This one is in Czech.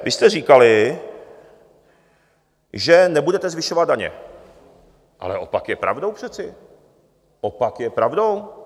Vy jste říkali, že nebudete zvyšovat daně, ale přece opak je pravdou, opak je pravdou!